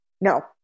No